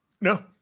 no